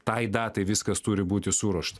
tai datai viskas turi būti suruošta